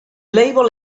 label